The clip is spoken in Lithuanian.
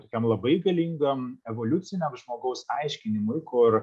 tokiam labai galingam evoliuciniam žmogaus aiškinimui kur